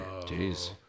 jeez